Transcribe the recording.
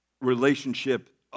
relationship